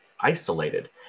isolated